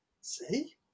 See